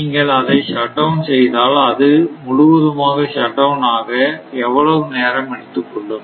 நீங்கள் அதை ஷட்டவுன் செய்தால் அது முழுவதுமாக ஷட்டவுன் ஆக எவ்வளவு நேரம் எடுத்துக்கொள்ளும்